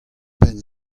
benn